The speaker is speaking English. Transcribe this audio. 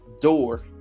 door